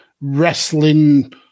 wrestling